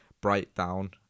breakdown